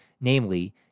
Namely